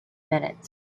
minutes